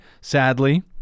sadly